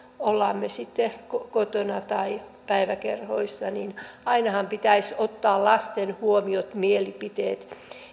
ollaan sitten kotona tai päiväkerhoissa niin ainahan pitäisi ottaa lasten huomiot mielipiteet